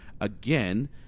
Again